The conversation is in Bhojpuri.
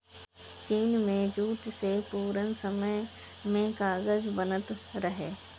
चीन में जूट से पुरान समय में कागज बनत रहे